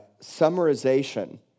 summarization